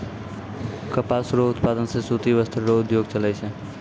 कपास रो उप्तादन से सूती वस्त्र रो उद्योग चलै छै